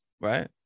right